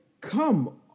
come